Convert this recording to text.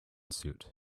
suit